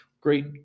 Great